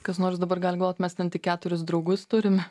kas nors dabar gali galvot mes ten tik keturis draugus turime